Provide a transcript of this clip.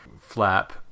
flap